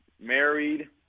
Married